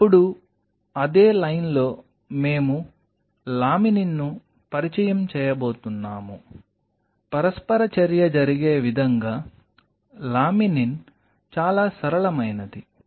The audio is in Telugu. ఇప్పుడు అదే లైన్లో మేము లామినిన్ను పరిచయం చేయబోతున్నాము పరస్పర చర్య జరిగే విధంగా లామినిన్ చాలా సరళమైనది